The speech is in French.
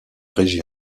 région